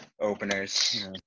Openers